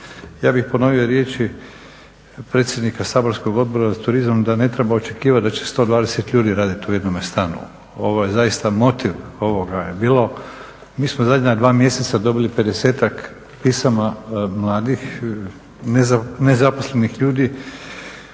Ja bih ponovio riječi predsjednika saborskog Odbora za turizam da ne treba očekivati da će 120 ljudi raditi u jednome stanu. Ovo je zaista motiv ovoga je bilo. Mi smo zadnja dva mjeseca dobili 50-ak pisama mladih nezaposlenih ljudi